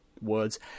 words